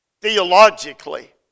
theologically